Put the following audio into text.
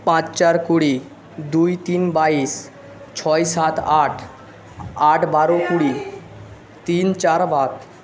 পাঁচ চার কুড়ি দুই তিন বাইশ ছয় সাত আট আট বারো কুড়ি তিন চার বাত